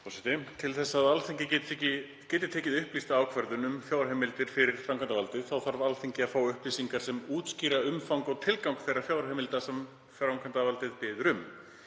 Til að Alþingi geti tekið upplýsta ákvörðun um fjárheimildir fyrir framkvæmdarvaldið þarf það að fá upplýsingar sem útskýra umfang og tilgang þeirra fjárheimilda sem framkvæmdarvaldið biður um.